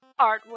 artwork